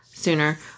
sooner